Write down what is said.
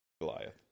Goliath